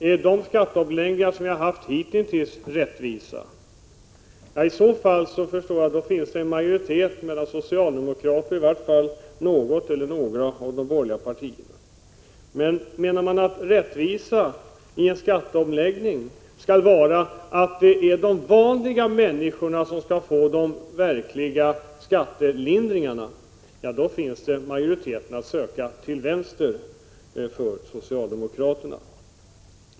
Är de skatteomläggningar som vi har haft hitintills rättvisa — i så fall, förstår jag, finns det en majoritet av socialde mokrater och i varje fall något eller några av de borgerliga partierna. Men menar man att rättvisa i en skatteomläggning skall vara att de vanliga människorna skall få de verkliga skattelindringarna, då finns majoriteten att söka till vänster för socialdemokraterna.